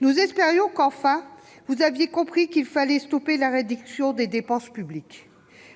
Nous espérions qu'enfin vous aviez compris qu'il fallait stopper la réduction des dépenses publiques.